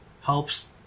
helps